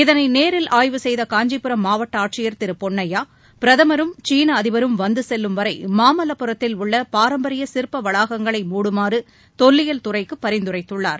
இதனை நேரில் ஆய்வு செய்த காஞ்சிபுரம் மாவட்ட ஆட்சியர் திரு பொன்னையா பிரதமரும் சீன அதிபரும் வந்து செல்லும் வரை மாமல்வரத்தில் உள்ள பாரம்பரிய சிற்ப வளாகங்களை மூடுமாறு தொல்லியல் துறைக்கு பரிந்துரைத்துள்ளார்